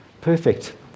perfect